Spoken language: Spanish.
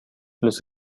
los